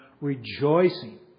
rejoicing